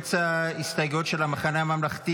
קובץ ההסתייגויות של המחנה הממלכתי